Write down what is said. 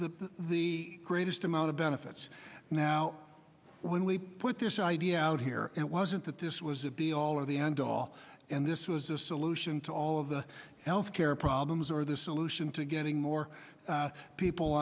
got the greatest amount of benefits now when we put this idea out here and it wasn't that this was a be all of the and all and this was a solution to all of the health care problems or the solution to getting more people